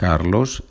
Carlos